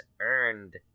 earned